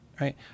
Right